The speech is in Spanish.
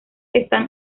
están